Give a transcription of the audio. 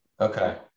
Okay